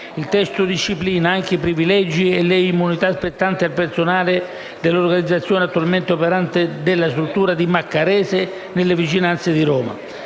Il testo disciplina anche i privilegi e le immunità spettanti al personale dell'organizzazione, attualmente operante, della struttura di Maccarese, nelle vicinanze di Roma.